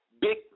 big